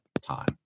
time